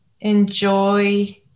enjoy